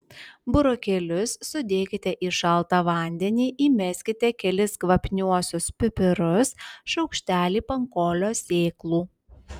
burokėlius sudėkite į šaltą vandenį įmeskite kelis kvapniuosius pipirus šaukštelį pankolio sėklų